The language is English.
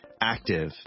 active